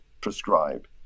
prescribe